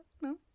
no